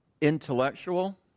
intellectual